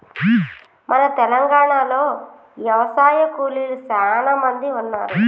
మన తెలంగాణలో యవశాయ కూలీలు సానా మంది ఉన్నారు